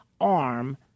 arm